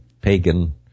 pagan